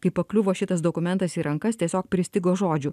kai pakliuvo šitas dokumentas į rankas tiesiog pristigo žodžių